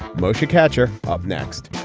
moesha katcher. up next